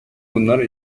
bunlar